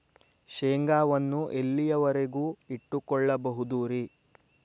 ಶೇಂಗಾವನ್ನು ಎಲ್ಲಿಯವರೆಗೂ ಇಟ್ಟು ಕೊಳ್ಳಬಹುದು ರೇ?